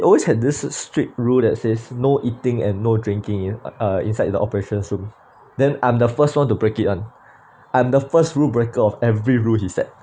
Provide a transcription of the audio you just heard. I always had this strict rule that says no eating and no drinking in uh inside the operations room then I'm the first one to break it on I'm the first rule breaker of every rule he set